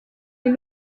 est